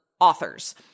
authors